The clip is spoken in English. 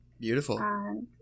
Beautiful